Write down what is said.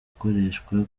gukoreshwa